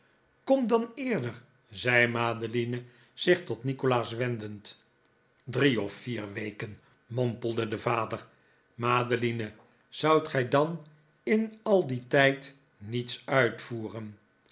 kom dan eerder zei madeline zich tot nikolaas wendend drie of vier weken mompelde de vader madeline zoudt gij dan in al dien tijd niets uitvoeren